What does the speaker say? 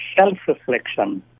self-reflection